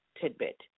tidbit